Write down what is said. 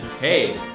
hey